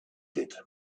did